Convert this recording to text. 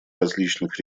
различных